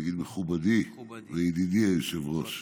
אני אגיד "מכובדי וידידי היושב-ראש".